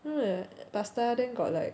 you know the pasta then got like